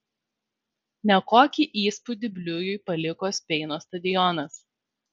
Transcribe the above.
nekokį įspūdį bliujui paliko speino stadionas